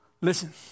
Listen